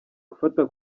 gufata